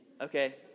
okay